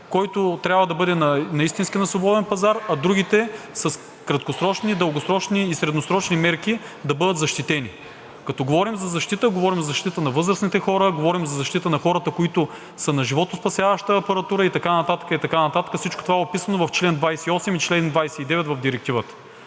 който трябва да бъде на свободен пазар, а другите с краткосрочни, дългосрочни и средносрочни мерки да бъдат защитени. Като говорим за защита, говорим за защита на възрастните хора, говорим за защита на хората, които са на животоспасяваща апаратура и така нататък – всичко това е описано в чл. 28 и чл. 29 в Директивата.